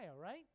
right